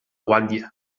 guatlla